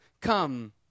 come